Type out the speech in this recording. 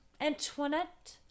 Antoinette